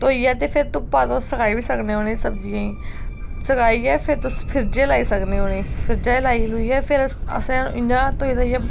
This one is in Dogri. धोइयै ते धुप्पा तुस सकाई बी सकने तुस उ'नें सब्जियें गी सकाइयै फिर तुस फ्रिज्जै च लाई सकने तुस उ'नें सब्जियें गी फ्रिज्जै च लाई लुइयै फिर इ'यां